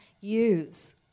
use